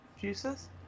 juices